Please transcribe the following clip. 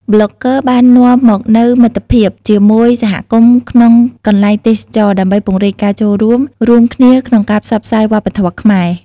ប្លុកហ្គើបាននាំមកនូវមិត្តភាពជាមួយសហគមន៍ក្នុងកន្លែងទេសចរណ៍ ដើម្បីពង្រីកការចូលរួម រួមគ្នាក្នុងការផ្សព្វផ្សាយវប្បធម៌ខ្មែរ។